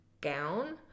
gown